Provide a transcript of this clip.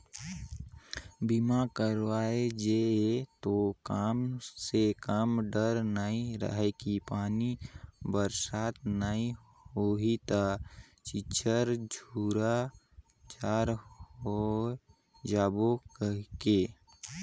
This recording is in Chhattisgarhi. बीमा करवाय जे ये तो कम से कम डर नइ रहें कि पानी बरसात नइ होही त निच्चर झूरा झार होय जाबो कहिके